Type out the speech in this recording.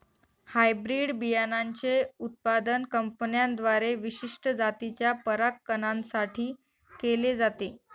hybrid बियाणांचे उत्पादन कंपन्यांद्वारे विशिष्ट जातीच्या परागकणां साठी केले जाते